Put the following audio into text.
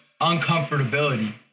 uncomfortability